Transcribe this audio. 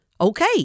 Okay